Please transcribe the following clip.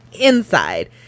inside